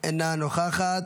אינה נוכחת.